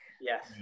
Yes